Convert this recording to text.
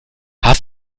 hast